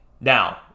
Now